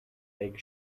egg